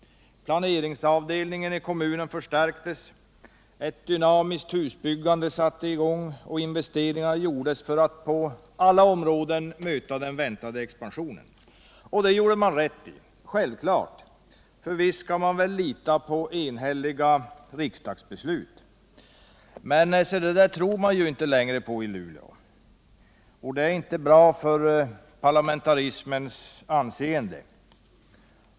Planeringsavdelningen förstärktes. Ett dynamiskt husbyggande sattes i gång, och investeringar gjordes för att på alla områden möta den väntade expansionen. Och det gjorde man rätt i. Självklart. För visst skall man väl lita på ett enhälligt riksdagsbeslut? Men det tror man inte längre i Luleå. Det är inte bra för parlamentarismens anseende.